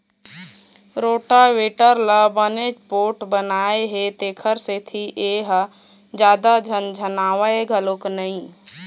rotavator ल बनेच पोठ बनाए हे तेखर सेती ए ह जादा झनझनावय घलोक नई